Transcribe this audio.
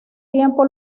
tiempo